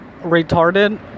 retarded